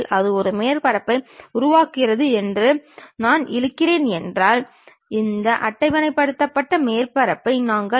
மற்ற இரண்டும் 30 ° கோணத்தில் இருபுறமும் இருக்கும்